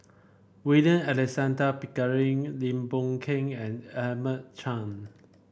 William Alexander Pickering Lim Boon Keng and Edmund Chen